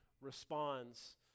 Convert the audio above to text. responds